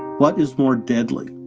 what is more deadly?